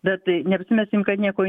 bet tai neapsimeskim kad nieko